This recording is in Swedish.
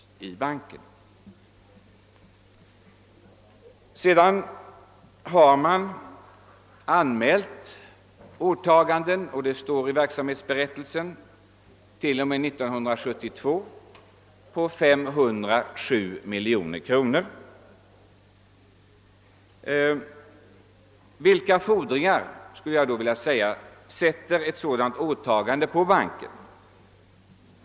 Vidare har åtaganden anmälts t.o.m. år 1972 på 507 miljoner kronor; det står också i verksamhetsberättelsen. Vilka fordringar ställer då sådana åtaganden på banken?